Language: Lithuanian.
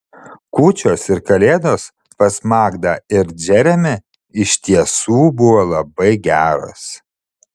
kūčios ir kalėdos pas magdą ir džeremį iš tiesų buvo labai geros